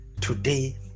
Today